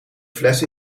fles